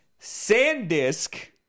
SanDisk